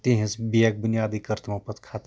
تِہنٛز بیکھ بُنیادٕے کٔر تِمو پَتہٕ خَتم